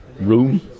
room